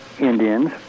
Indians